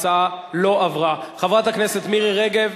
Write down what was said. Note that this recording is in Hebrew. התשע"ב 2012,